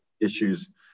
Issues